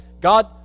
God